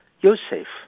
Yosef